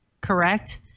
correct